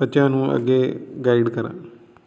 ਬੱਚਿਆਂ ਨੂੰ ਅੱਗੇ ਗਾਈਡ ਕਰਾਂ